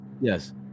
yes